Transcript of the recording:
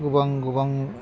गोबां गोबां